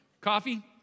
coffee